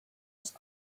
just